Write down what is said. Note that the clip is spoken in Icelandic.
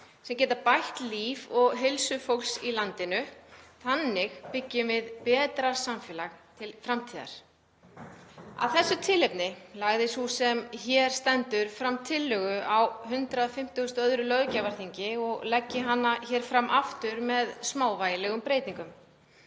sem geta bætt líf og heilsu fólks í landinu. Þannig byggjum við betra samfélag til framtíðar. Af þessu tilefni lagði sú sem hér stendur fram tillögu á 152. löggjafarþingi og legg ég hana nú fram aftur með smávægilegum breytingum.